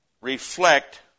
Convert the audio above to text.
reflect